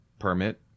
permit